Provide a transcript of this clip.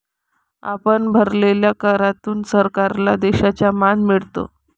आपण भरलेल्या करातून सरकारला देशाचा मान मिळतो